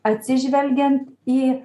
atsižvelgiant į